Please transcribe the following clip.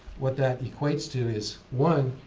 what that equates to is one,